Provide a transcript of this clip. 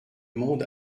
monde